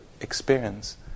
experience